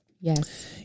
Yes